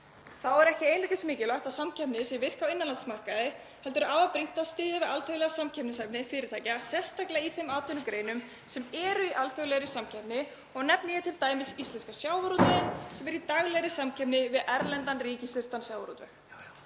Þá er ekki einungis mikilvægt að samkeppni sé virk á innanlandsmarkaði heldur er afar brýnt að styðja við alþjóðlega samkeppnishæfni fyrirtækja, sérstaklega í þeim atvinnugreinum sem eru í alþjóðlegri samkeppni, og nefni ég t.d. íslenska sjávarútveginn sem er í daglegri samkeppni við erlendan ríkisstyrktan sjávarútveg.